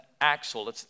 axle